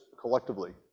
collectively